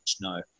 no